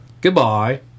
Goodbye